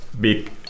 big